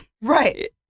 Right